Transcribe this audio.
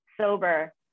sober